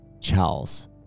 Charles